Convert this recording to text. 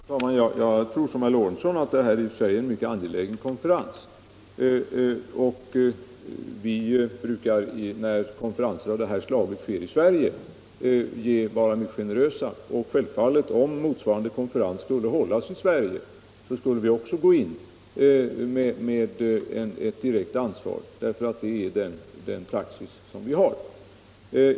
Herr talman! Jag tror som herr Lorentzon att det här i och för sig är en mycket angelägen konferens. Vi brukar när konferenser av detta slag äger rum i Sverige vara mycket generösa. Om motsvarande konferens skulle hållas i Sverige, skulle vi självfallet gå in med ett direkt anslag. Det är den praxis vi har.